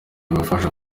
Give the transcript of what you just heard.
gufasha